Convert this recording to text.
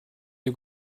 you